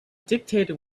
dictator